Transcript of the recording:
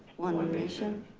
one one nation